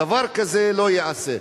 דבר כזה לא ייעשה.